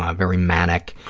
ah very manic,